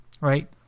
right